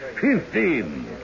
fifteen